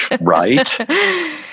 right